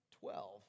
Twelve